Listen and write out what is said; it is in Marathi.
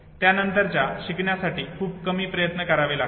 त्यानंतरच्या शिकण्यासाठी खूप कमी प्रयत्न करावे लागतात